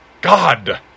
God